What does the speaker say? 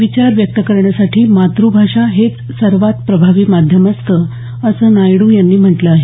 विचार व्यक्त करण्यासाठी मातृभाषा हेच सर्वात प्रभावी माध्यम असतं असं नायडू यांनी म्हटलं आहे